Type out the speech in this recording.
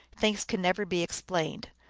thinks can never be explained.